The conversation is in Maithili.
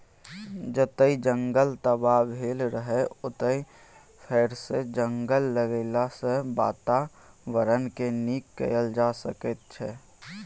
जतय जंगल तबाह भेल रहय ओतय फेरसँ जंगल लगेलाँ सँ बाताबरणकेँ नीक कएल जा सकैए